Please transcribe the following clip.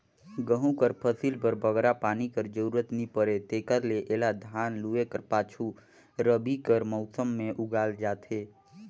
गहूँ कर फसिल बर बगरा पानी कर जरूरत नी परे तेकर ले एला धान लूए कर पाछू रबी कर मउसम में उगाल जाथे